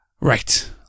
Right